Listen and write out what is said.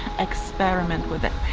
experiment with it.